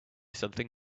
something